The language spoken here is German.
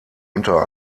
unter